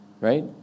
right